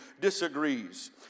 disagrees